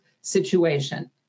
situation